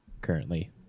currently